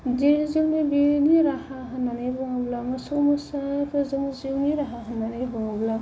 बे जोंनि बेनो राहा होननानै बुङोब्ला मोसौ मोसाफ्रा जोंनि जिउनि राहा होननानै बुङोब्ला